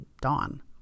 dawn